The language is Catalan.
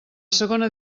segona